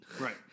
Right